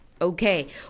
Okay